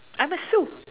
I'm a Sue